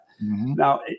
Now